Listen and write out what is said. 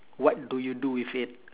what do you do with it